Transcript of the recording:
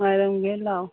ꯉꯥꯏꯔꯝꯒꯦ ꯂꯥꯛꯑꯣ